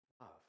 love